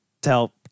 tell